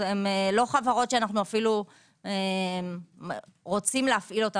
הן לא חברת שאנו רוצים להפעילן ביום-יום.